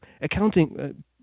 accounting